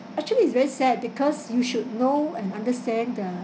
actually is very sad because you should know and understand the